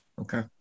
Okay